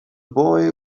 boy